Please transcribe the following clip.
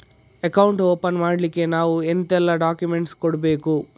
Account open ಮಾಡ್ಲಿಕ್ಕೆ ನಾವು ಎಂತೆಲ್ಲ ಡಾಕ್ಯುಮೆಂಟ್ಸ್ ಕೊಡ್ಬೇಕು?